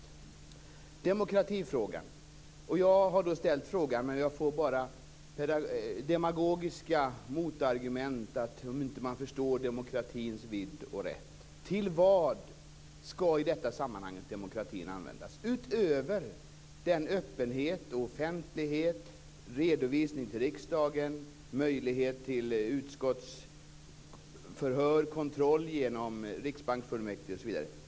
Det gäller också demokratifrågan. Jag har ställt frågan, men jag får bara demagogiska motargument. Förstår man inte demokratins vidd och rätt? Till vad skall i detta sammanhang demokratin användas, utöver till öppenhet, offentlighet, redovisning till riksdagen, möjlighet till utskottsförhör, kontroll genom riksbanksfullmäktige osv.?